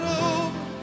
over